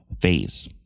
phase